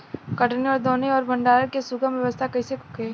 कटनी और दौनी और भंडारण के सुगम व्यवस्था कईसे होखे?